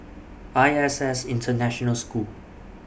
I S S International School